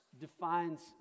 defines